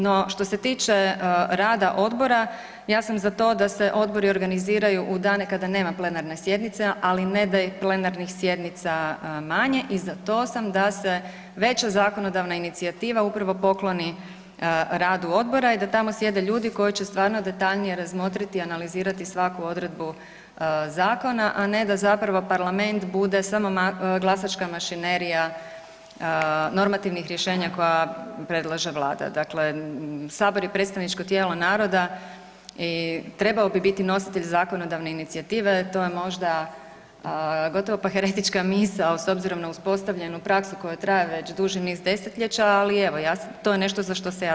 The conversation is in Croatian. No, što se tiče rada odbora, ja sam za to da se odbori organiziraju u dane kada nema plenarne sjednice, ali ne da i plenarnih sjednica manje i za to sam da se veća zakonodavna inicijativa upravo pokloni radu odbora i da tamo sjede ljudi koji će stvarno detaljnije razmotriti i analizirati svaku odredbu zakona, a ne da zapravo parlament bude samo glasačka mašinerija normativnih rješenja koja predlaže Vlada, dakle, Sabor je predstavničko tijelo naroda i trebao bi biti nositelj zakonodavne inicijative, to je možda gotovo pa heretička misao, s obzirom na uspostavljenu praksu koja traje već duži niz deseljeća, ali evo, to je nešto za što se ja zalažem.